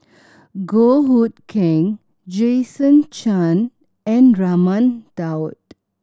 Goh Hood Keng Jason Chan and Raman Daud